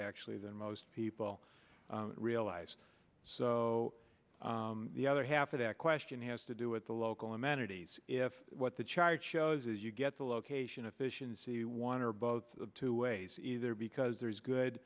actually than most people realize so the other half of that question has to do with the local amenities if what the charge shows is you get the location of the one or both two ways either because